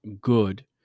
good